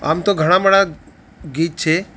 આમ તો ઘણા બણા ગીત છે